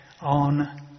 on